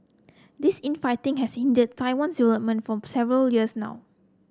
this infighting has hindered Taiwan's development for several years now